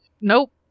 nope